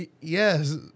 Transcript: Yes